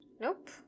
Nope